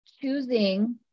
choosing